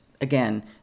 again